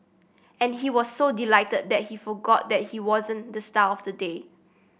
and he was so delighted that he forgot that he wasn't the star of the day